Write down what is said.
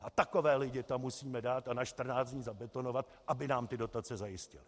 A takové lidi tam musíme dát a na 14 dní zabetonovat, aby nám ty dotace zajistili.